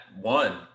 one